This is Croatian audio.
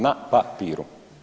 Na papiru.